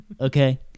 Okay